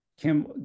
Kim